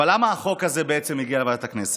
אבל למה החוק הזה בעצם הגיע לוועדת הכספים?